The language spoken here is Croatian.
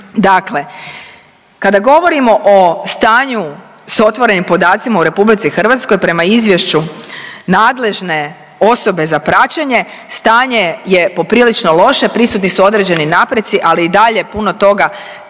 Dakle, kada govorimo o stanju s otvorenim podacima u RH prema izvješću nadležne osobe za praćenje, stanje je poprilično loše, prisutni su određeni napreci, ali i dalje puno toga